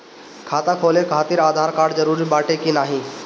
खाता खोले काहतिर आधार कार्ड जरूरी बाटे कि नाहीं?